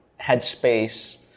headspace